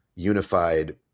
Unified